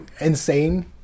insane